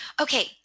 Okay